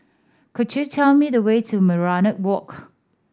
could you tell me the way to Minaret Walk